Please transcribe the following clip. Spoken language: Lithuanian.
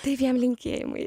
taip jam linkėjimai